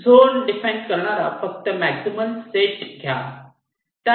zone define करणारा फक्त maximal set घ्या